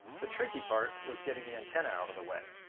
the tricky part was getting the antenna out of the way.